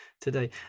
today